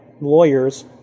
lawyers